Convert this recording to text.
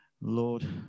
lord